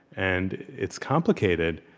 and it's complicated.